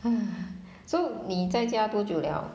so 你在家多久 liao